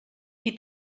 qui